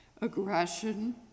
aggression